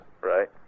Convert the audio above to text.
Right